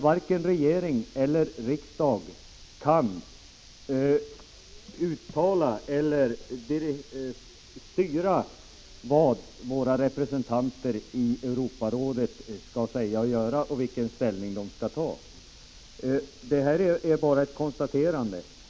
Varken regeringen eller riksdagen kan nämligen styra vad våra representanter i Europarådet skall säga och göra och vilken ställning de skall ta — det är bara ett konstaterande.